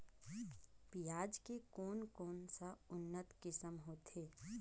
पियाज के कोन कोन सा उन्नत किसम होथे?